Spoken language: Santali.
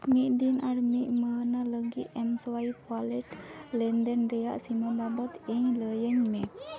ᱢᱤᱫ ᱫᱤᱱ ᱟᱨ ᱢᱤᱫ ᱢᱟᱦᱱᱟᱹ ᱞᱟᱹᱜᱤᱫ ᱮᱢᱥᱳᱣᱟᱭᱤᱯ ᱚᱣᱟᱞᱮᱴ ᱞᱮᱱᱫᱮᱱ ᱨᱮᱭᱟᱜ ᱥᱤᱢᱟᱹ ᱵᱟᱵᱚᱫ ᱤᱧ ᱞᱟᱹᱭᱟᱹᱧ ᱢᱮ